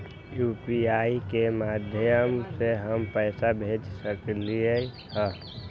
UPI के माध्यम से हम पैसा भेज सकलियै ह?